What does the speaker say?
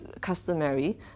customary